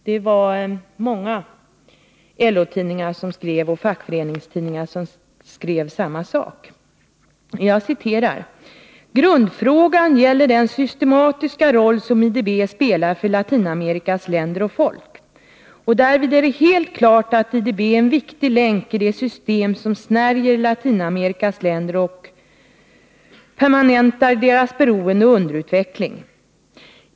Det var många LO-tidningar och fackföreningstidningar som skrev samma sak. ”Grundfrågan gäller den systematiska roll som IDB spelar för Latinamerikas länder och folk. Och därvid är det helt klart att IDB är en viktig länk i det system som snärjer Latinamerikas länder och permanentar deras beroende och underutveckling.